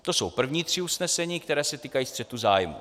To jsou první tři usnesení, která se týkají střetu zájmů.